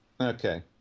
Okay